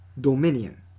dominion